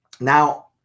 Now